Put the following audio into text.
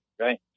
right